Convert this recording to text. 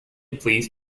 please